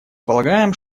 полагаем